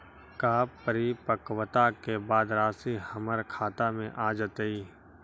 का परिपक्वता के बाद राशि हमर खाता में आ जतई?